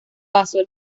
pasó